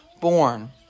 born